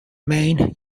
maine